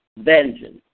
vengeance